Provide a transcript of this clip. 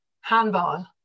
handball